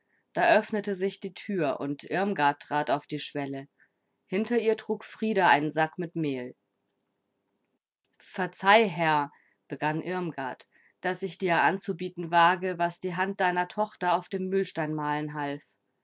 da öffnete sich die tür und irmgard trat auf die schwelle hinter ihr trug frida einen sack mit mehl verzeih herr begann irmgard daß ich dir anzubieten wage was die hand deiner tochter auf dem mühlstein mahlen half